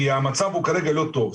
כי המצב הוא כרגע לא טוב.